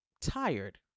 tired